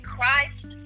Christ